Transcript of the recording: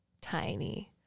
tiny